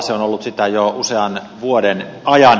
se on ollut sitä jo usean vuoden ajan